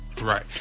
right